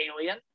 Alien